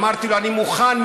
אמרתי לו: אני מוכן.